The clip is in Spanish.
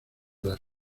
las